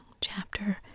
chapter